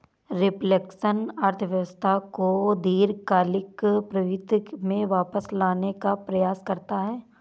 reflection अर्थव्यवस्था को दीर्घकालिक प्रवृत्ति में वापस लाने का प्रयास करता है